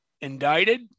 indicted